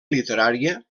literària